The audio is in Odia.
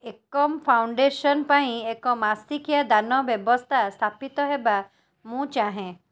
ଏକମ୍ ଫାଉଣ୍ଡେସନ୍ ପାଇଁ ଏକ ମାସିକିଆ ଦାନ ବ୍ୟବସ୍ଥା ସ୍ଥାପିତ ହେବା ମୁଁ ଚାହେଁ